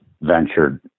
ventured